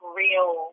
real